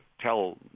tell